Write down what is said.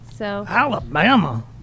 Alabama